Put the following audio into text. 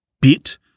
bit